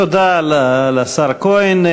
תודה לשר כהן.